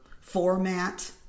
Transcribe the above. format